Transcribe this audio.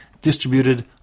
distributed